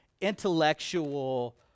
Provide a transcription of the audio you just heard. intellectual